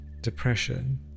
depression